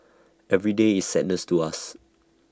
every day is sadness to us